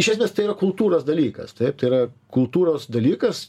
iš esmės tai yra kultūros dalykas taip tai yra kultūros dalykas